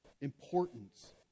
importance